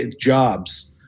jobs